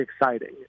exciting